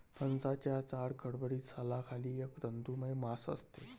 फणसाच्या जाड, खडबडीत सालाखाली एक तंतुमय मांस असते